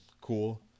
cool